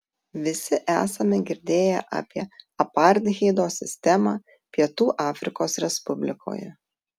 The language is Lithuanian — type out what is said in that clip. visi esame girdėję apie apartheido sistemą pietų afrikos respublikoje